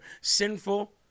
sinful